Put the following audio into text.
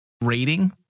rating